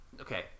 Okay